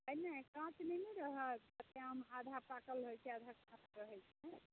एहिमे काँच नहि ने रहत कत्तेक आम आधा पाकल रहैत छै आधा काँच रहैत छै ने